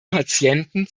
patienten